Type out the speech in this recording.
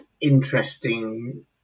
interesting